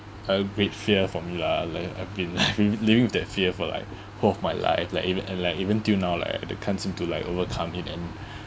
a great fear for me lah like I've been living living with that fear for like whole of my life like even and like even till now like I can't seem to like overcome it and